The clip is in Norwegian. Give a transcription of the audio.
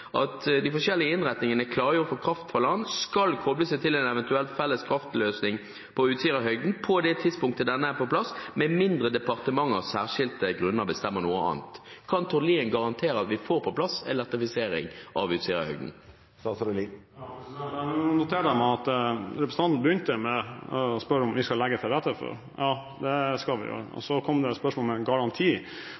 at de forskjellige innretningene klargjort for kraftbalanse skal «koble seg til en eventuell felles kraftløsning på Utsirahøyden på det tidspunktet denne er på plass, med mindre departementet av særskilte grunner bestemmer noe annet». Kan statsråd Tord Lien garantere at vi får på plass elektrifisering av Utsirahøyden? Jeg noterer meg at representanten begynte med å spørre om vi skal legge til rette for det. Ja, det skal vi.